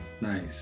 Nice